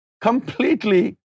completely